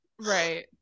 Right